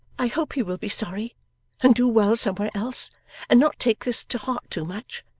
i hope he will be sorry and do well somewhere else and not take this to heart too much.